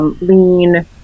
lean